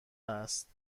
است